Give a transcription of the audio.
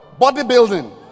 bodybuilding